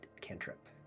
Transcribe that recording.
Cantrip